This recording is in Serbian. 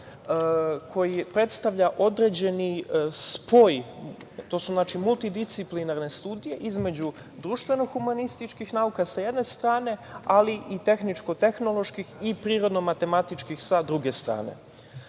koji predstavlja određeni spoj, to su multidisciplinarne studije između društveno humanističkih nauka sa jedne strane, ali i tehničko-tehnoloških i prirodno matematičkih sa druge strane. Vlada